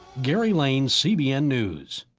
gary lane, cbn news.